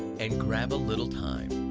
and grab a little time,